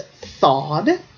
thawed